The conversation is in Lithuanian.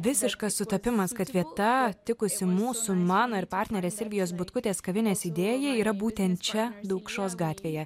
visiškas sutapimas kad vieta tikusi mūsų mano ir partnerės silvijos butkutės kavinės idėja yra būtent čia daukšos gatvėje